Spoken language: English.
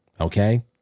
okay